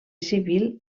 civil